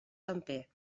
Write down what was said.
temper